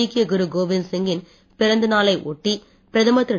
சீக்கிய குரு கோவிந்த சிங்கின் பிறந்த நாளை ஒட்டி பிரதமர் திரு